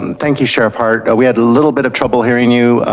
um thank you, sheriff hart. we had a little bit of trouble hearing you.